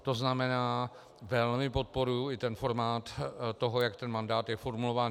To znamená, velmi podporuji i formát toho, jak ten mandát je formulován.